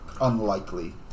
unlikely